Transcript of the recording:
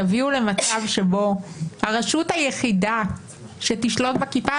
תביאו למצב שבו הרשות היחידה שתשלוט בכיפה